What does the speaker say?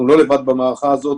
אנחנו לא לבד במערכה הזאת.